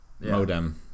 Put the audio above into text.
modem